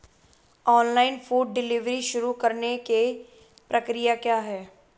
Online food delivery शुरू करने की प्रक्रिया क्या है?